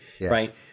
right